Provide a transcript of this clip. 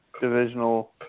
divisional